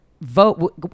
vote